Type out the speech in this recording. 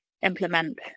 implement